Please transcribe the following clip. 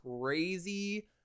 crazy